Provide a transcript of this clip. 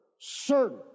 certain